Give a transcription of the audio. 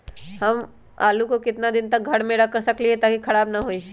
हम आलु को कितना दिन तक घर मे रख सकली ह ताकि खराब न होई?